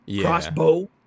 crossbow